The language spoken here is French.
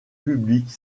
publique